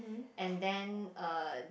and then uh